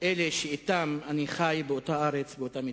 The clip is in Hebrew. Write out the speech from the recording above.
אלה שאתם אני חי באותה ארץ, באותה מדינה.